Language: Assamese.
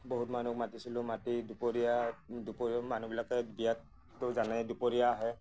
বহুত মানুহক মাতিছিলোঁ মাতি দুপৰীয়া দুপৰীয়া মানুহবিলাকে বিয়াততো জানেই দুপৰীয়া আহে